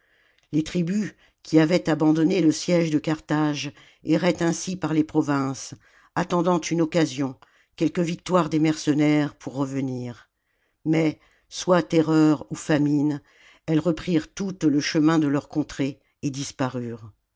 les tribus qui avaient abandonné le siège de carthage erraient ainsi par les provinces attendant une occasion quelque victoire des mercenaires pour revenir mais soit terreur ou famine elles reprirent toutes le chemin de leurs contrées et